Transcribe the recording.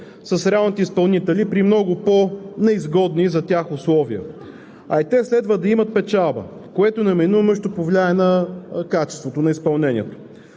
с реалните изпълнители при много по-неизгодни за тях условия. Те следва да имат печалба, което неминуемо ще повлияе на качеството на изпълнението.